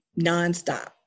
nonstop